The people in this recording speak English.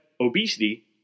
obesity